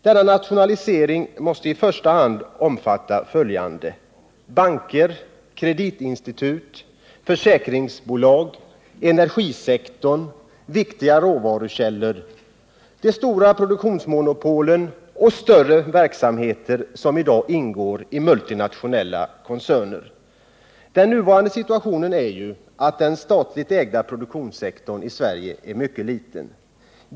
Denna nationalisering måste i första hand omfatta banker, kreditinstitut, försäkringsbolag, energisektorn, viktiga råvarukällor, de stora produktionsmonopolen och större verksamheter som ingår i multinationella koncerner. Den nuvarande situationen är ju den att den statligt ägda produktionssektorn i Sverige är mycket liten.